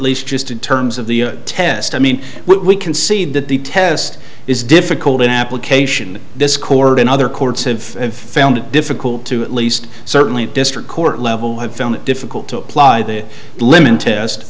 least just in terms of the test i mean we can see that the test is difficult in application discord in other courts of and found it difficult to at least certainly district court level have found it difficult to apply the limon test